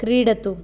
क्रीडतु